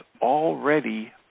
already